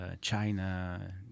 china